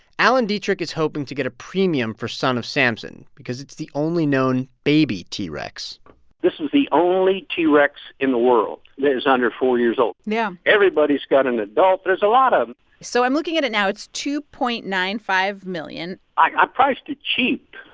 alan dietrich is hoping to get a premium for son of samson because it's the only known baby t. rex this is the only t. rex in the world that is under four years old yeah everybody's got an adult. there's a lot of them so i'm looking at it now. it's two point nine five million i priced it cheap.